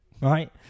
right